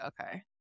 okay